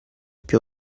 più